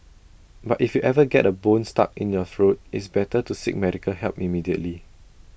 but if you ever get A bone stuck in your throat it's best to seek medical help immediately